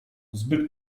zbyt